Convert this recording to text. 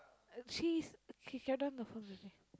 she's down the phone